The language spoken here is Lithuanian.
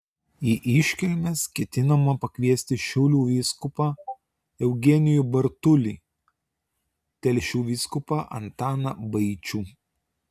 į iškilmes ketinama pakviesti šiaulių vyskupą eugenijų bartulį telšių vyskupą antaną vaičių